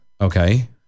Okay